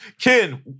Ken